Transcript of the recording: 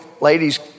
ladies